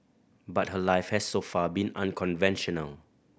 but her life has so far been unconventional